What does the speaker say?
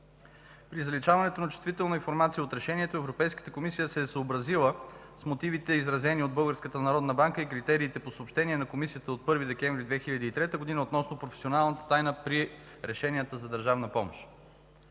При заличаването на чувствителна информация от Решението Европейската комисия се е съобразила с мотивите, изразени от Българската народна банка и критериите по съобщение на Комисията от 1 декември 2003 г. относно професионалната тайна при решенията за държавна помощ.